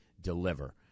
deliver